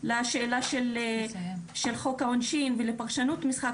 לשאלה של חוק העונשין ולפרשנות של משחק